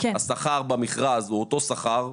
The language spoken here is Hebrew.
השכר במכרז הוא אותו שכר,